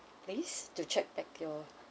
please to check back your